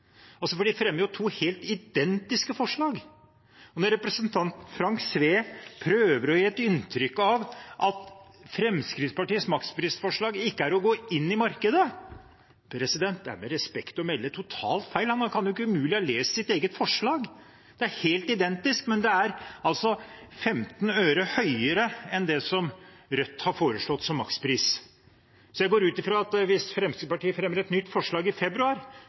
fremmer jo to helt identiske forslag. Representanten Frank Edvard Sve prøver å gi et inntrykk av at Fremskrittspartiets maksprisforslag ikke er å gå inn i markedet. Det er med respekt å melde totalt feil. Han kan umulig ha lest sitt eget forslag. Det er helt identisk med, men altså 15 øre høyere enn, det som Rødt har foreslått som makspris. Så jeg går ut fra at hvis Fremskrittspartiet fremmer et nytt forslag i februar,